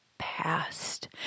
past